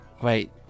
Wait